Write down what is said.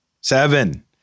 Seven